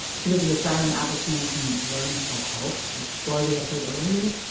she was the asylum applicant whom lawrence had helped whose story we had heard earlier.